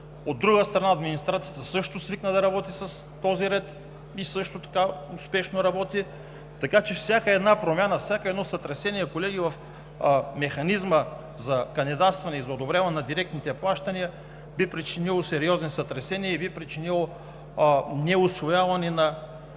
От друга страна, администрацията също свикна да работи с този ред и също работи успешно. Всяка промяна, всяко сътресение, колеги, в механизма за кандидатстване и за одобряване на директните плащания би причинило сериозни сътресения и би причинило неусвояване,